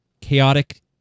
chaotic